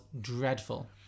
dreadful